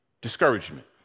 discouragement